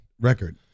record